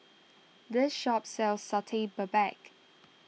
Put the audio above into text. this shop sells Satay Babat